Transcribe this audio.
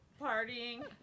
partying